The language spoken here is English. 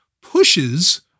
pushes